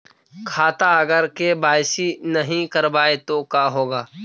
खाता अगर के.वाई.सी नही करबाए तो का होगा?